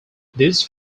these